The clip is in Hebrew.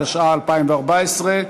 התשע"ה 2014,